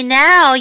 now